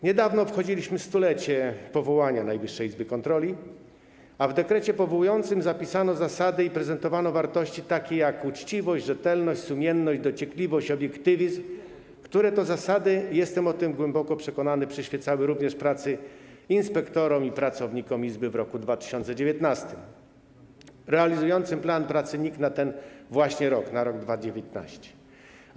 Niedawno wchodziliśmy w 100-lecie powołania Najwyższej Izby Kontroli, a w dekrecie powołującym zapisano zasady i prezentowano wartości takie jak uczciwość, rzetelność, sumienność, dociekliwość, obiektywizm, które to zasady - jestem o tym głęboko przekonany - przyświecały również w pracy inspektorom i pracownikom izby w roku 2019, realizującym plan pracy NIK na ten właśnie 2019 r.